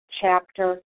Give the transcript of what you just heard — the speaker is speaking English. chapter